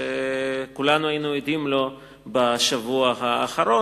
שכולנו היינו עדים לו בשבוע האחרון,